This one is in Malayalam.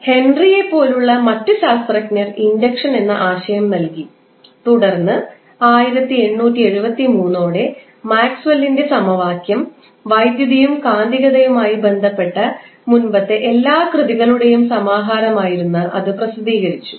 ഹെൻറിയെപ്പോലുള്ള മറ്റ് ശാസ്ത്രജ്ഞർ ഇൻഡക്ഷൻ എന്ന ആശയം നൽകി തുടർന്ന് 1873 ഓടെ മാക്സ്വെല്ലിന്റെ സമവാക്യംവൈദ്യുതിയും കാന്തികതയുമായി ബന്ധപ്പെട്ട മുമ്പത്തെ എല്ലാ കൃതികളുടെയും സമാഹാരമായിരുന്ന അത് പ്രസിദ്ധീകരിച്ചു